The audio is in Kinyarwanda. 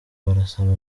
barasaba